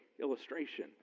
illustration